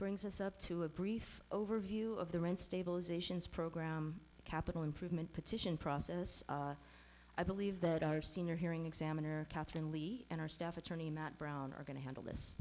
brings us up to a brief overview of the main stabilization program capital improvement petition process i believe that our senior hearing examiner katherine lee and our staff attorney not brown are going to handle this